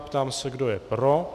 Ptám se, kdo je pro.